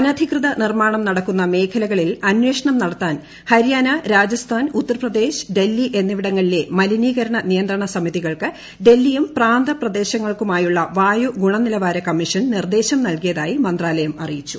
അനധികൃത നിർമ്മാണം നടക്കുന്ന മേഖലകളിൽ അന്വേഷണം നടത്താൻ ഹരിയാന രാജസ്ഥാൻ ഉത്തർപ്രദേശ് ഡൽഹി എന്നിവിടങ്ങളിലെ മലിനീകരണ നിയന്ത്രണ സമിതികൾക്ക് ഡൽഹിയും പ്രാന്ത പ്രദേശങ്ങൾക്കുമായുള്ള വായു ഗുണനിലവാര കമ്മീഷൻ നിർദ്ദേശം നൽകിയതായി മന്ത്രീലയം അറിയിച്ചു